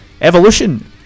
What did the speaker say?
evolution